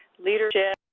leadership,